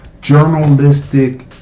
journalistic